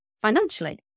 financially